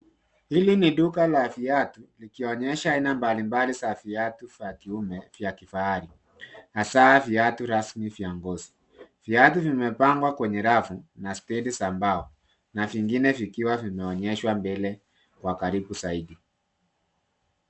Hili ni duka la viatu likionyesha aina mbalimbali za viatu vya kiume vya kifahari, hasa viatu rasmi vya ngozi. Viatu vimepangwa kwenye rafu na stendi za mbao na vingine vikiwa vimeonyeshwa mbele kwa karibu zaidi.